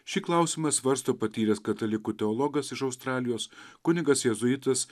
šį klausimą svarsto patyręs katalikų teologas iš australijos kunigas jėzuitas